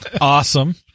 Awesome